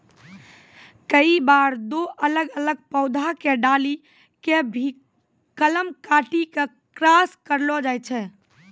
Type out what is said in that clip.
कई बार दो अलग अलग पौधा के डाली कॅ भी कलम काटी क क्रास करैलो जाय छै